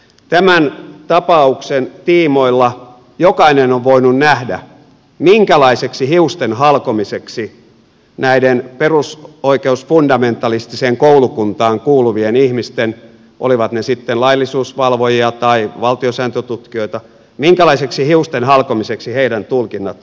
tämän tapauksen tiimoilla jokainen on voinut nähdä minkälaiseksi hiustenhalkomiseksi näiden perusoikeusfundamentalistiseen koulukuntaan kuuluvien ihmisten olivat ne sitten laillisuusvalvojia tai valtiosääntötutkijoita tulkinnat ovat menneet